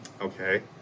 Okay